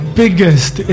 biggest